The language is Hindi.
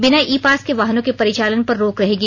बिना ई पास के वाहनों के परिचालन पर रोक रहेगी